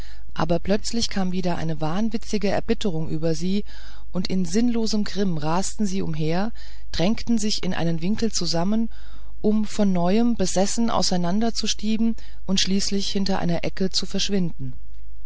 aber plötzlich kam wieder eine wahnwitzige erbitterung über sie und in sinnlosem grimm rasten sie umher drängten sich in einen winkel zusammen um von neuem besessen auseinander zu stieben und schließlich hinter einer ecke zu verschwinden